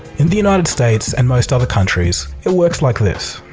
in the united states and most other countries it works like this